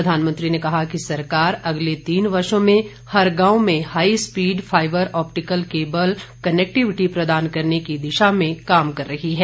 प्रधानमंत्री ने कहा कि सरकार अगले तीन वर्षों में हर गांव में high speed fibre optic cable connectivity प्रदान करने की दिशा में काम कर रही है